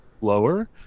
lower